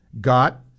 got